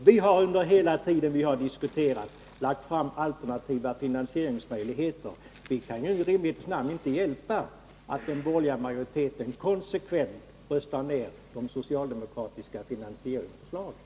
Vi har lagt fram förslag om alternativa finansieringsmöjligheter. Vi kan i rimlighetens namn inte hjälpa att den borgerliga majoriteten konsekvent röstar ner de socialdemokratiska finansieringsförslagen.